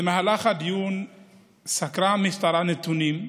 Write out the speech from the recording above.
במהלך הדיון סקרה המשטרה נתונים,